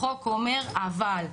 החוק אומר אבל'.